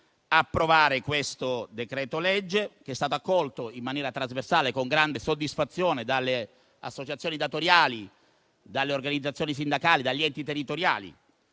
approvare questo decreto-legge, che è stato accolto, in maniera trasversale, con grande soddisfazione dalle associazioni datoriali, dalle organizzazioni sindacali, dagli enti territoriali,